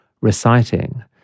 reciting